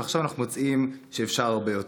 ועכשיו אנחנו מוצאים שאפשר הרבה יותר.